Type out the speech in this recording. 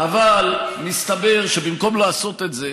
אבל מסתבר שבמקום לעשות את זה,